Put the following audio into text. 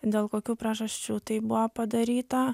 dėl kokių priežasčių tai buvo padaryta